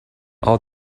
all